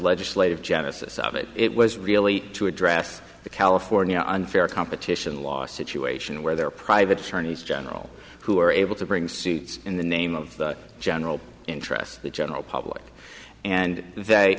legislative genesis of it it was really to address the california unfair competition law situation where there are private attorneys general who are able to bring suits in the name of general interest the general public and th